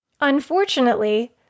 Unfortunately